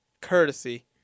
Courtesy